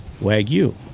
wagyu